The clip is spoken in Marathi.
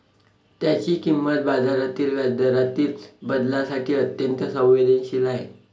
त्याची किंमत बाजारातील व्याजदरातील बदलांसाठी अत्यंत संवेदनशील आहे